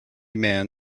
man